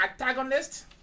antagonist